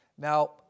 Now